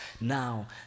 now